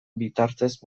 bitartez